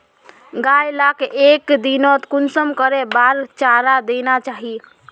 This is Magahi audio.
गाय लाक एक दिनोत कुंसम करे बार चारा देना चही?